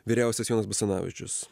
vyriausias jonas basanavičius